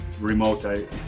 remote